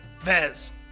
Vez